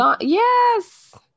Yes